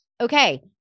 okay